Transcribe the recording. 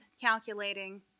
calculating